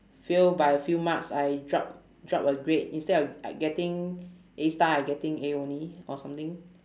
fail by a few marks I drop drop a grade instead of I getting A star I getting A only or something